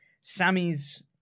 sammy's